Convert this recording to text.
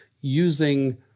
using